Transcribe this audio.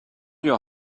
your